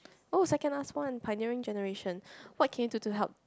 oh second last one pioneering generation what can you do to help